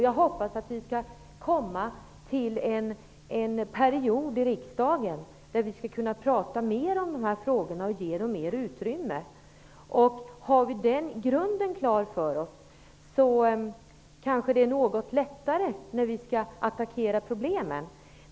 Jag hoppas att vi skall kunna prata mer om de här frågorna i riksdagen och ge dem mer utrymme. Har vi den grunden klar för oss kanske det är något lättare att angripa problemen.